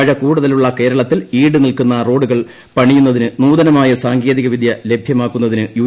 മഴ കൂടുതലുളള കേരളത്തിൽ ഈടു നിൽക്കുന്ന റോഡുകൾ പണിയുന്നതിന് നൂതനമായ സാങ്കേതിക വിദ്യ ലഭ്യമാക്കുന്നതിന് യു